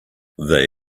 they